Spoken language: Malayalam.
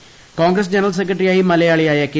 പ്രകോൺഗ്രസ് ജനറൽ സെക്രട്ടറിയായി മലയാളിയായ കെ